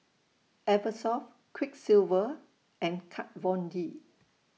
Eversoft Quiksilver and Kat Von D